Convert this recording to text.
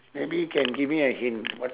maybe can give me a hint what